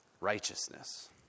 righteousness